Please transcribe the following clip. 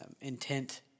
intent